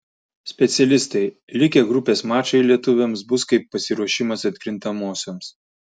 specialistai likę grupės mačai lietuviams bus kaip pasiruošimas atkrintamosioms